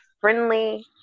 friendly